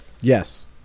Yes